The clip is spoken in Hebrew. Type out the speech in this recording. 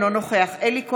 אינו נוכח אלי כהן,